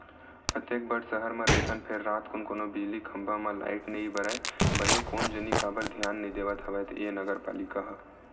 अतेक बड़ सहर म रहिथन फेर रातकुन कोनो बिजली खंभा म लाइट नइ बरय बने कोन जनी काबर धियान नइ देवत हवय ते नगर पालिका ह